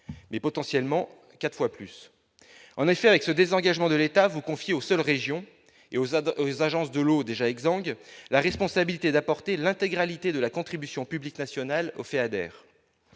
et potentiellement 4 fois plus en effet avec ce désengagement de l'État vous confier aux seules régions et aux abords des agences de l'eau déjà exangue la responsabilité d'apporter l'intégralité de la contribution publique nationale au fait